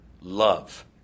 love